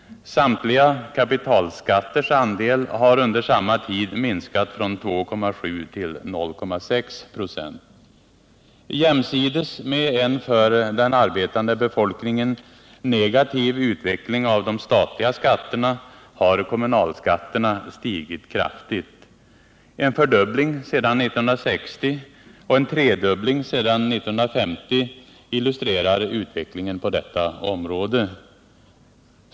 Samtliga kapitalskatters andel har under samma tid minskat från 2,7 till 0,6 26. Jämsides med en för den arbetande befolkningen negativ utveckling av de statliga skatterna har kommunalskatterna stigit kraftigt. En fördubbling sedan 1960 och en tredubbling sedan 1950 illustrerar utvecklingen på detta område.